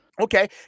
Okay